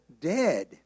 Dead